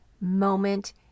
moment